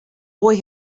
boy